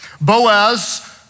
Boaz